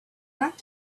back